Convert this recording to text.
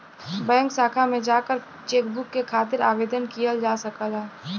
bank शाखा में जाकर चेकबुक के खातिर आवेदन किहल जा सकला